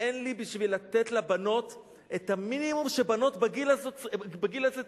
אין לי בשביל לתת לבנות את המינימום שבנות בגיל הזה צריכות,